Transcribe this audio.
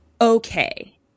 Okay